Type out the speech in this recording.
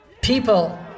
People